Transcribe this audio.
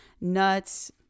nuts